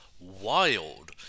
wild